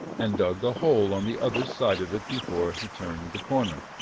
and dug a hole on the other side of it before he turned the corner.